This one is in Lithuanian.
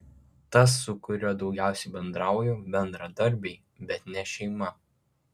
tas su kuriuo daugiausiai bendrauju bendradarbiai bet ne šeima